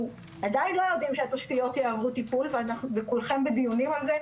אנחנו עדיין לא יודעים שהתשתיות יעברו טיפול וכולכם בדיונים על זה,